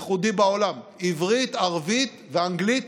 ייחודי בעולם: עברית, ערבית ואנגלית.